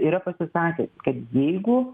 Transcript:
yra pasisakęs kad jeigu